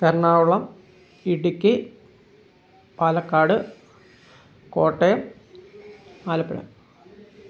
Ernakulam Idukki Palakkad Kottayam Alappuzha